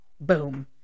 Boom